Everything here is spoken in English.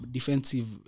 Defensive